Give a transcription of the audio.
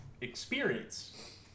Experience